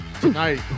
tonight